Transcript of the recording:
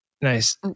Nice